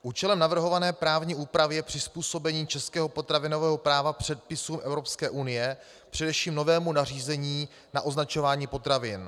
Účelem navrhované právní úpravy je přizpůsobení českého potravinového práva předpisům EU, především novému nařízení na označování potravin.